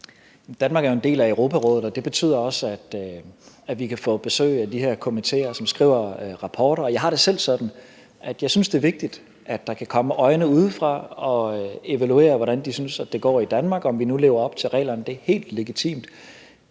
Danmark er jo en del af Europarådet, og det betyder også, at vi kan få besøg af de her komiteer, som skriver rapporter. Jeg har det selv sådan, at jeg synes, det er vigtigt, at der kan komme øjne udefra og evaluere, hvordan man synes at det går i Danmark, og om vi nu lever op til reglerne. Det er helt legitimt.